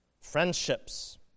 friendships